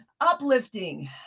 Uplifting